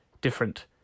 different